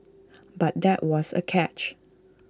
but there was A catch